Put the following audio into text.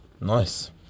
Nice